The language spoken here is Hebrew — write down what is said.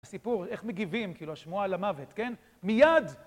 הסיפור איך מגיבים, כאילו, השמועה על המוות, כן? מיד!